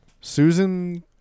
Susan